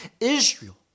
israel